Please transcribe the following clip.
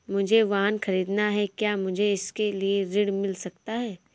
मुझे वाहन ख़रीदना है क्या मुझे इसके लिए ऋण मिल सकता है?